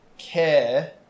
Care